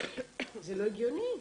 זה לא הגיוני.